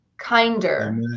kinder